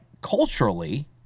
culturally